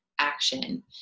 action